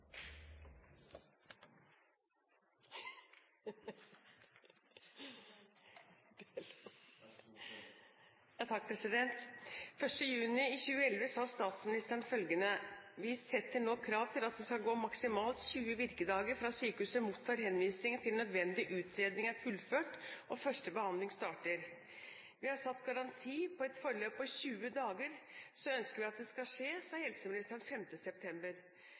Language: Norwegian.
at det skal gå maksimalt 20 virkedager fra sykehuset mottar henvisningen til nødvendig utredning er fullført og første behandling starter.» «Når vi har satt en garanti på et forløp på 20 dager, så ønsker vi at det skal skje,» sa helseministeren 5. september.